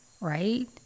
right